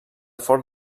fort